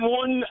one